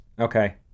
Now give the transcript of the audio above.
Okay